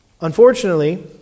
unfortunately